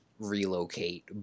relocate